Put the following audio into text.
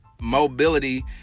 mobility